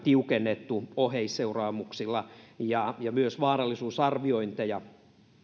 tiukennettu oheisseuraamuksilla myös vaarallisuusarviointeja